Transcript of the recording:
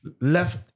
left